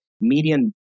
median